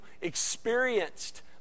experienced